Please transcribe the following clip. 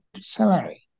salary